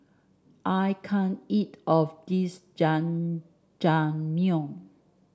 I can't eat of this Jajangmyeon